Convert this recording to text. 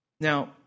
Now